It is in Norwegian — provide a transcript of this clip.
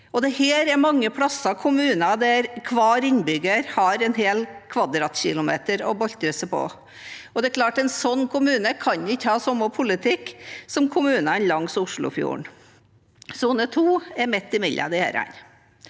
steder og kommuner hvor hver innbygger har en hel kvadratkilometer å boltre seg på. En slik kommune kan ikke ha samme politikk som kommunene langs Oslofjorden. Sone 2 er midt imellom disse.